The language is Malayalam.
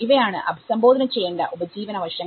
ഇവയാണ് അഭിസംബോധന ചെയ്യേണ്ട ഉപജീവന വശങ്ങൾ